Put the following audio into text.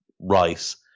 Rice